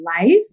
life